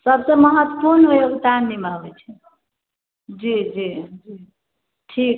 सबसँ महत्वपूर्ण योगदान एहिमे आबै छै जी जी ठीक